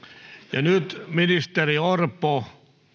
ja nyt ministeri orpo